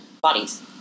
bodies